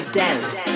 dance